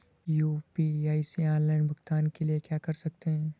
UPI से offline भुगतान के लिए क्या कर सकते हैं?